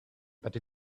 but